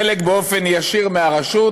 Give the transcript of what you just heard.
חלק באופן ישיר מהרשות,